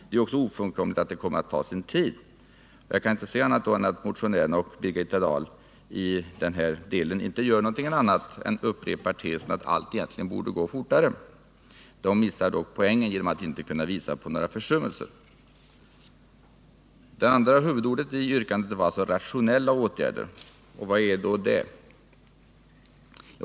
Det är ju också ofrånkomligt att det tar sin tid. Jag kan inte se annat än att motionärerna och Birgitta Dahl i den här delen inte gör annat än upprepar tesen att allt borde gå fortare. De missar dock poängen genom att inte kunna visa på några försummelser. Det andra huvudordet i yrkandet var ”rationella” åtgärder. Vad är då det?